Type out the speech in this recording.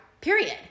Period